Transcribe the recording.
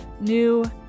new